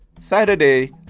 Saturday